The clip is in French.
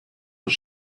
aux